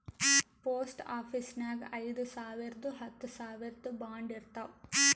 post ಆಫೀಸ್ನಾಗ್ ಐಯ್ದ ಸಾವಿರ್ದು ಹತ್ತ ಸಾವಿರ್ದು ಬಾಂಡ್ ಇರ್ತಾವ್